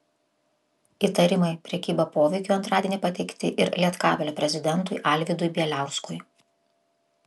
įtarimai prekyba poveikiu antradienį pateikti ir lietkabelio prezidentui alvydui bieliauskui